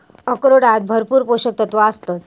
अक्रोडांत भरपूर पोशक तत्वा आसतत